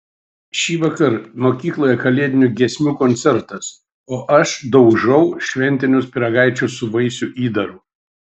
šįvakar mokykloje kalėdinių giesmių koncertas o aš daužau šventinius pyragaičius su vaisių įdaru